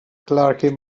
clarke